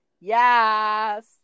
Yes